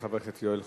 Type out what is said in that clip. חבר הכנסת יואל חסון,